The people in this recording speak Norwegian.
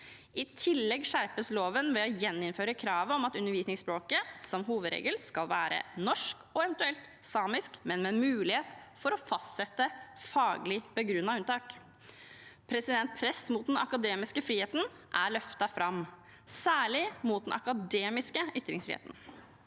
I tillegg skjerpes loven ved å gjeninnføre kravet om at undervisningsspråket som hovedregel skal være norsk og eventuelt samisk, men med mulighet for å fastsette faglig begrunnede unntak. Press mot den akademiske friheten er løftet fram, særlig mot den akademiske ytringsfriheten.